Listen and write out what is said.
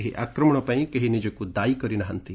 ଏହି ଆକ୍ମଣ ପାଇଁ କେହି ନିଜକ୍ତ ଦାୟୀ କରିନାହାନ୍ତି